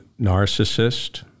narcissist